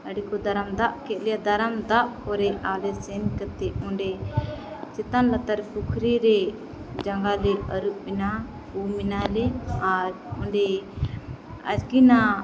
ᱟᱹᱰᱤᱠᱚ ᱫᱟᱨᱟᱢᱫᱟᱜ ᱠᱮᱫᱞᱮᱭᱟ ᱫᱟᱨᱟᱢᱫᱟᱜ ᱯᱚᱨᱮ ᱟᱞᱮ ᱥᱮᱱ ᱠᱟᱛᱮᱫ ᱚᱸᱰᱮ ᱪᱮᱛᱟᱱᱼᱞᱟᱛᱟᱨ ᱯᱩᱠᱷᱨᱤᱨᱮ ᱡᱟᱸᱜᱟᱞᱮ ᱟᱹᱨᱩᱵᱮᱱᱟ ᱩᱢᱮᱱᱟᱞᱮ ᱟᱨ ᱚᱸᱰᱮ ᱟᱠᱤᱱᱟᱜ